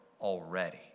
already